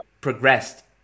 progressed